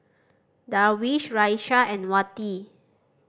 Darwish Raisya and Wati